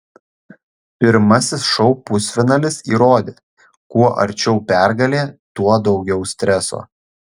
pirmasis šou pusfinalis įrodė kuo arčiau pergalė tuo daugiau streso